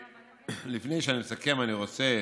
לפני שאני מסכם אני רוצה